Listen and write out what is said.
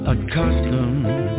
Accustomed